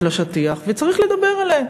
וצריך לדבר עליהן.